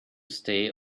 stay